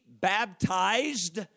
baptized